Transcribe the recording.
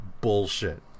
bullshit